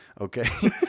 Okay